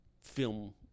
film